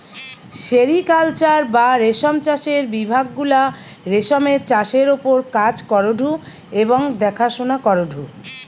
sericulture বা রেশম চাষের বিভাগ গুলা রেশমের চাষের ওপর কাজ করঢু এবং দেখাশোনা করঢু